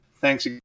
Thanks